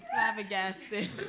flabbergasted